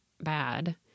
bad